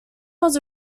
was